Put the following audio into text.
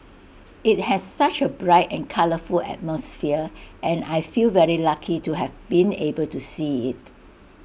IT has such A bright and colourful atmosphere and I feel very lucky to have been able to see IT